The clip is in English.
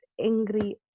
angry